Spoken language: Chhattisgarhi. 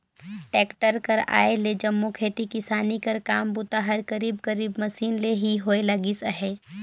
टेक्टर कर आए ले जम्मो खेती किसानी कर काम बूता हर करीब करीब मसीन ले ही होए लगिस अहे